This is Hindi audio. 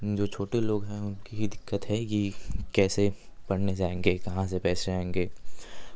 जो छोटे लोग हैं उनकी ही दिक़्क़त है कि कैसे पढ़ने जाएँगे कहाँ से पैसे आएँगे